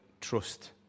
trust